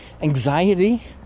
anxiety